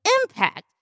impact